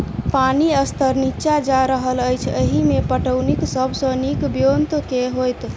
पानि स्तर नीचा जा रहल अछि, एहिमे पटौनीक सब सऽ नीक ब्योंत केँ होइत?